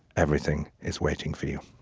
everything is waiting for you